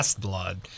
Blood